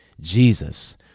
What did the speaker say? Jesus